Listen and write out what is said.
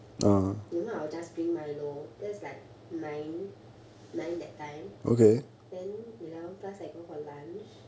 if not I will just drink milo that's like nine nine that time then eleven plus I go for lunch